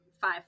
five